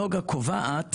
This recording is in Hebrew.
נגה קובעת